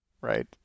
right